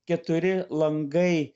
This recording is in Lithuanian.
keturi langai